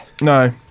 No